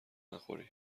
نخوری